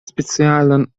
specialan